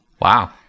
Wow